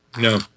No